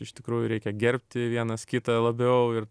iš tikrųjų reikia gerbti vienas kitą labiau ir